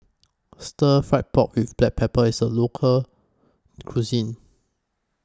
Stir Fried Pork with Black Pepper IS A Local Cuisine